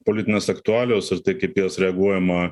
politinės aktualijos ir tai kaip į jas reaguojama